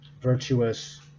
virtuous